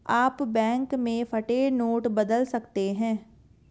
आप बैंक में फटे नोट बदल सकते हैं